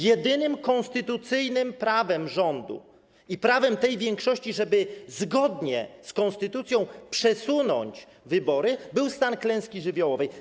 Jedynym konstytucyjnym prawem rządu i prawem tej większości, żeby zgodnie z konstytucją przesunąć wybory, było ogłoszenie stanu klęski żywiołowej.